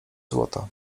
złota